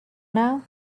now